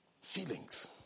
feelings